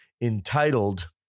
entitled